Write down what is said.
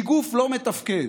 היא גוף לא מתפקד,